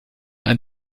ein